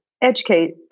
educate